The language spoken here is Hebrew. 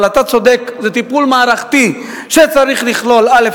אבל אתה צודק, זה טיפול מערכתי שצריך לכלול, א.